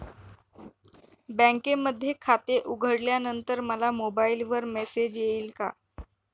बँकेमध्ये खाते उघडल्यानंतर मला मोबाईलवर मेसेज येईल का?